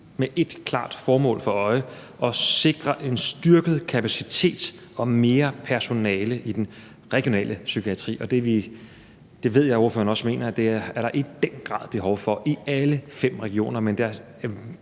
med ét klart formål for øje, nemlig at sikre en styrket kapacitet og mere personale i den regionale psykiatri. Det ved jeg ordføreren også mener der i den grad er behov for i alle fem regioner, men der er